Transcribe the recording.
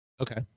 Okay